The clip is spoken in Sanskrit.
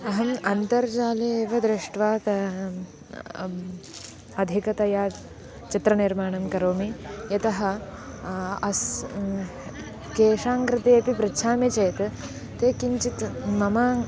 अहम् अन्तर्जाले एव दृष्ट्वा त अधिकतया चित्रनिर्माणं करोमि यतः अस् केषां कृते अपि पृच्छामि चेत् ते किञ्चित् मम